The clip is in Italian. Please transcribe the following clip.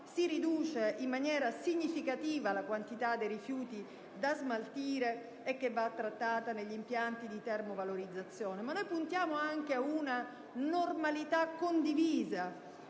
si riduce in maniera significativa la quantità dei rifiuti da smaltire e che va trattata negli impianti di termovalorizzazione. Noi puntiamo anche ad una normalità condivisa.